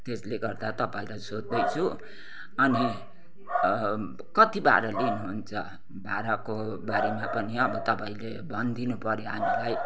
त्यसले गर्दा तपाईँलाई सोध्दैछु अनि कति भाडा लिनुहुन्छ भाडाको बारेमा पनि अब तपाईँले भनिदिनुपऱ्यो हामीलाई